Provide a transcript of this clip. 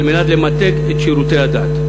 על מנת למתג את שירותי הדת.